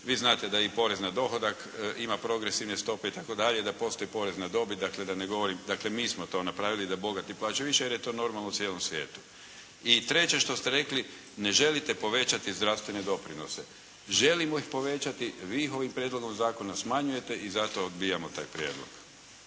Vi znate da i porez na dohodak ima progresivne stope itd., da postoji porez na dobit. Dakle, da ne govorim dakle mi smo to napravili da bogati plaćaju više jer je to normalno u cijelom svijetu. I treće što ste rekli ne želite povećati zdravstvene doprinose. Želimo ih povećati. Vi ih ovim prijedlogom zakona smanjujete i zato odbijamo taj prijedlog.